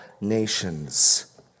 nations